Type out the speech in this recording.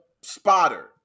spotter